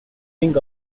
wing